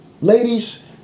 ladies